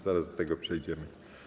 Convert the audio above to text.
Zaraz do tego przejmiemy.